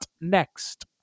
next